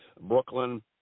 Brooklyn